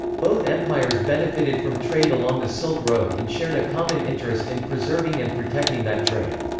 both empires benefited from trade along the silk road and shared a common interest in preserving and protecting that trade.